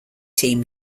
team